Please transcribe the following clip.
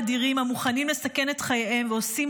האדירים המוכנים לסכן את חייהם ועושים